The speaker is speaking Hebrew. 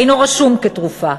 אינו רשום כתרופה.